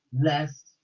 less